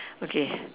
okay